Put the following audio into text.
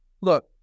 look